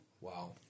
Wow